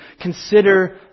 consider